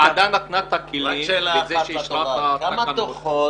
הוועדה נתנה את הכלים בזה --- כמה דוחות